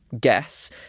guess